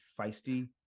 feisty